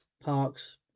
parks